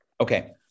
Okay